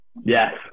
yes